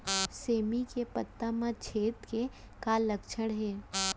सेमी के पत्ता म छेद के का लक्षण हे?